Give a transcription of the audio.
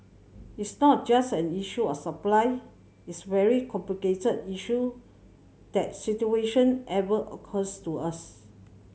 it's not just an issue of supply it's very complicated issue that situation ever occurs to us